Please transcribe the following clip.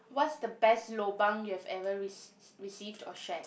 what's the best lobang you've ever recei~ received or shared